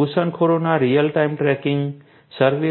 ઘુસણખોરોના real time tracking surveillance